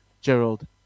Gerald